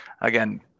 again